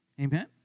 Amen